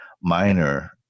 minor